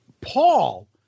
Paul